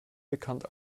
bekannt